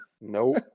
Nope